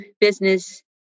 business